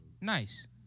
Nice